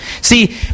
See